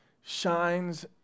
shines